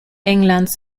englands